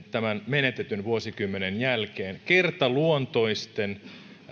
tämän menetetyn vuosikymmenen jälkeen kertaluontoisten